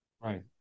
Right